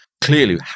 clearly